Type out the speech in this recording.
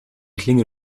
klinge